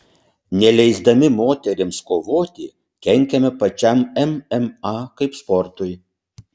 neleisdami moterims kovoti kenkiame pačiam mma kaip sportui